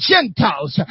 Gentiles